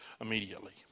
immediately